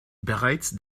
bereits